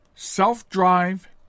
Self-drive